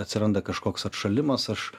atsiranda kažkoks atšalimas aš